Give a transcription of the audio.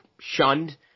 shunned